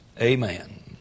Amen